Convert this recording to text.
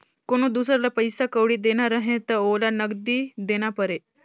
कोनो दुसर ल पइसा कउड़ी देना रहें त ओला नगदी देना परे